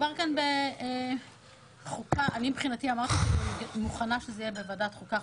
אני מבחינתי אמרתי שאני מוכנה שזה יהיה בוועדת חוקה,